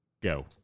Go